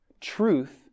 truth